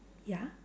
ya